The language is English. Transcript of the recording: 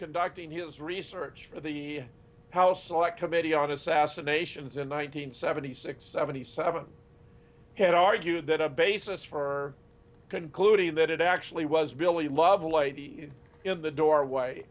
conducting his research for the house select committee on assassinations in one nine hundred seventy six seventy seven had argued that a basis for concluding that it actually was billy lovelady in the doorway